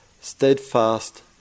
steadfast